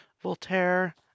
Voltaire